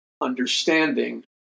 understanding